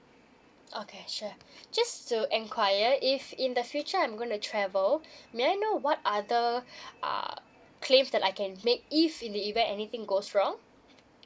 okay sure just to enquire if in the future I'm gonna to travel may I know what other uh claims that I can make if in the event anything goes wrong